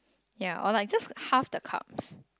ya or like just half the carbs